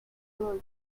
orgy